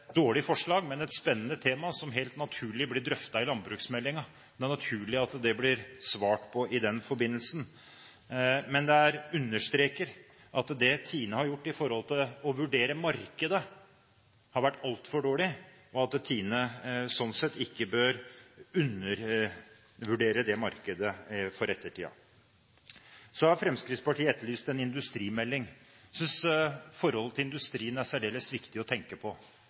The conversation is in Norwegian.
dårlig forslag, men et spennende tema, som helt naturlig blir drøftet i forbindelse med landbruksmeldingen. Det er naturlig at det blir svart på i den forbindelse. Men dette understreker at det Tine har gjort for å vurdere markedet, har vært altfor dårlig, og at Tine slik sett ikke bør undervurdere det markedet for ettertiden. Så har Fremskrittspartiet etterlyst en industrimelding. Jeg synes forholdet til industrien er særdeles viktig å tenke på,